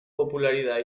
popularidad